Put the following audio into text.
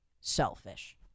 selfish